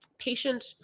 patient